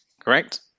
Correct